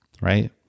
right